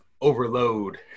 overload